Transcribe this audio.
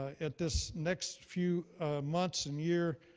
at this next few months and year,